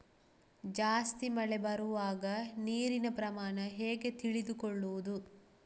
ಜಾಸ್ತಿ ಮಳೆ ಬರುವಾಗ ನೀರಿನ ಪ್ರಮಾಣ ಹೇಗೆ ತಿಳಿದುಕೊಳ್ಳುವುದು?